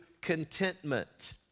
contentment